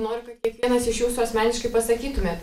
noriu kad kiekvienas iš jūsų asmeniškai pasakytumėt